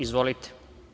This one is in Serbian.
Izvolite.